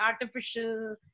artificial